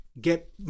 get